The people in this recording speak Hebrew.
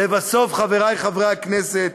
לבסוף, חברי חברי הכנסת,